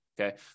okay